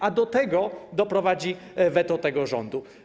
A do tego doprowadzi weto tego rządu.